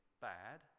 bad